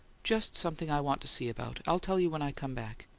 just something i want to see about. i'll tell you when i come back.